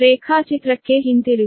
ರೇಖಾಚಿತ್ರಕ್ಕೆ ಹಿಂತಿರುಗಿ